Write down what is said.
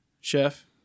chef